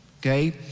okay